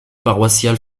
paroissiale